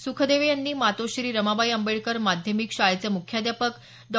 सुखदेवे यांनी मातोश्री रमाबाई आंबेडकर माध्यमिक शाळेचे मुख्याध्यापक डॉ